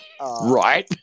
right